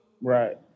Right